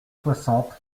soixante